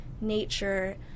nature